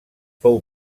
fou